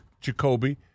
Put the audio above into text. Jacoby